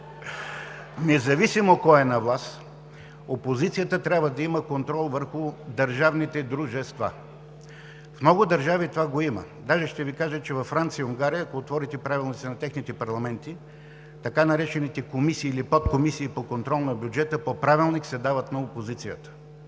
Независимо кой е на власт, опозицията трябва да има контрол върху държавните дружества. В много държави това го има. Даже ще Ви кажа, че във Франция и Унгария, ако отворите правилниците на техните парламенти, така наречените комисии или подкомисии по контрол на бюджета, по правилник се дават на опозицията.